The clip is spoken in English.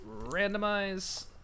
Randomize